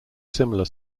similar